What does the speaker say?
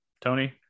Tony